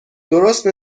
درست